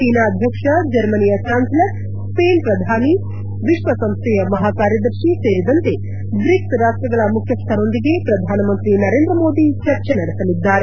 China ಅಧ್ಯಕ್ಷ ಜರ್ಮನಿಯ ಚಾನ್ಲೆಲರ್ ಸ್ವೇನ್ ಪ್ರಧಾನಿ ವಿಶ್ವಸಂಸ್ವೆಯ ಮಹಾಕಾರ್ಯದರ್ಶಿ ಸೇರಿದಂತೆ ಬ್ರಿಕ್ಸ್ ರಾಷ್ಷಗಳ ಮುಖ್ಯಸ್ವರೊಂದಿಗೆ ಪ್ರಧಾನಮಂತ್ರಿ ನರೇಂದ್ರ ಮೋದಿ ಚರ್ಚೆ ನಡೆಸಲಿದ್ದಾರೆ